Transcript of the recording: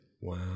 Wow